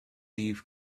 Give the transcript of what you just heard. eve